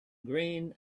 green